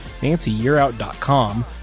nancyyearout.com